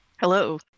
Hello